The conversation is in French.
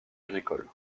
agricole